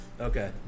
Okay